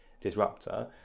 disruptor